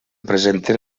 presenten